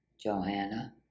Johanna